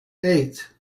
eight